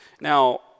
Now